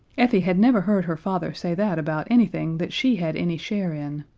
effie had never heard her father say that about anything that she had any share in.